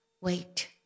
wait